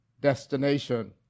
destination